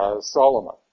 Solomon